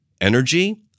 Energy